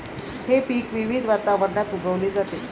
हे पीक विविध वातावरणात उगवली जाते